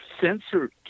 censored